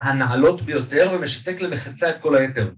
‫הנעלות ביותר ומשתק למחצה ‫את כל היתר.